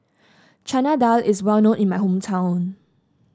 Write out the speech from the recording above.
Chana Dal is well known in my hometown